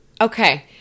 Okay